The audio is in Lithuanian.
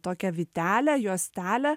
tokią vytelę juostelę